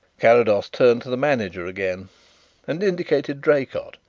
carrados turned to the manager again and indicated draycott,